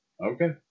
okay